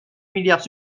milliards